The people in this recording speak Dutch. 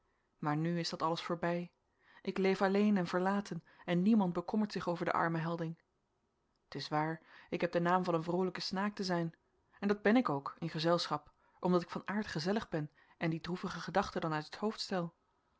maar nu is dat alles voorbij ik leef alleen en verlaten en niemand bekommert zich over den armen helding t is waar ik heb den naam van een vroolijke snaak te zijn en dat ben ik ook in gezelschap omdat ik van aard gezellig hen en die droevige gedachte dan uit het